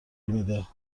میده